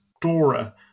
Dora